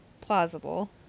plausible